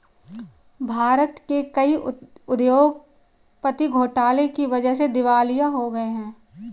भारत के कई उद्योगपति घोटाले की वजह से दिवालिया हो गए हैं